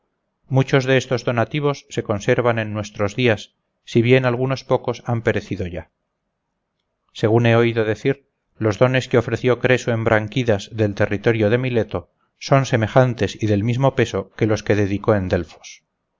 muchos de estos donativos se conservan en nuestros días si bien algunos pocos han perecido ya según he oído decir los dones que ofreció creso en branchidas del territorio de mileto son semejantes y del mismo peso que los que dedicó en delfos